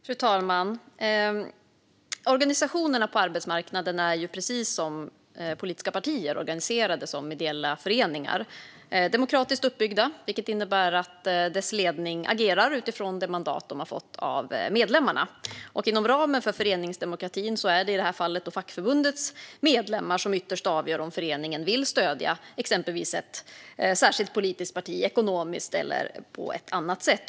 Fru talman! Organisationerna på arbetsmarknaden är, precis som politiska partier, organiserade som ideella föreningar. De är demokratiskt uppbyggda, vilket innebär att deras ledning agerar utifrån det mandat den har fått av medlemmarna. Inom ramen för föreningsdemokratin är det, i det här fallet, fackförbundets medlemmar som ytterst avgör om föreningen vill stödja exempelvis ett särskilt politiskt parti ekonomiskt eller på annat sätt.